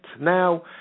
Now